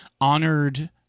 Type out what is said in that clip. honored